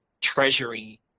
treasury